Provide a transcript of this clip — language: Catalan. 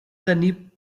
tenir